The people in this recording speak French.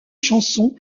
chansons